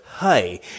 hey